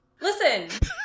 Listen